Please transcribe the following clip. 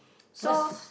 so